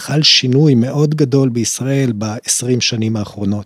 ‫התחל שינוי מאוד גדול בישראל ‫ב-20 שנים האחרונות.